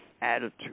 attitude